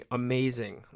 amazing